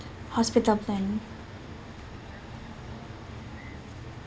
hospital plan